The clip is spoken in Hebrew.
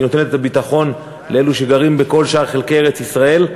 היא נותנת את הביטחון לאלו שגרים בכל שאר חלקי ארץ-ישראל,